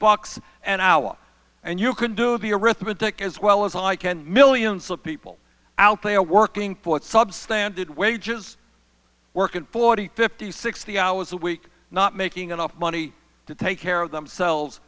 bucks an hour and you can do the arithmetic as well as i can millions of people out there working for it substandard wages working forty fifty sixty hours a week not making enough money to take care of themselves